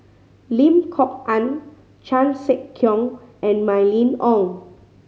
Lim Kok Ann Chan Sek Keong and Mylene Ong